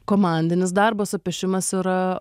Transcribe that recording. komandinis darbas o piešimas yra